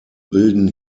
bilden